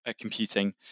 computing